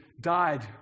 died